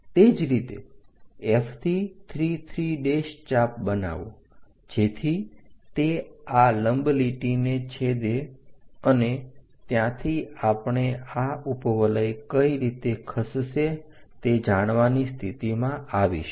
તે જ રીતે F થી 3 3 ચાપ બનાવો જેથી તે આ લંબ લીટીને છેદે અને ત્યાંથી આપણે આ ઉપવલય કઈ રીતે ખસશે તે જાણવાની સ્થિતિમાં આવીશું